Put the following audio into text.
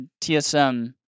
TSM